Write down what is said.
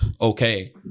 Okay